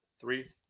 three